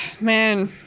Man